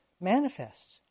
manifests